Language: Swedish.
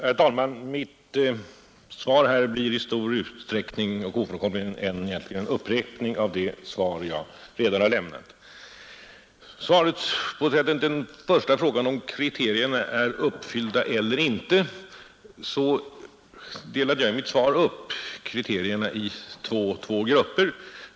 Herr talman! Mitt svar här blir i stor utsträckning ofrånkomligen en upprepning av det svar jag redan har lämnat. Vad beträffar herr Olssons första fråga, om kriterierna är uppfyllda eller inte, så delade jag i interpellationssvaret upp kriterierna i två grupper.